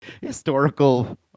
historical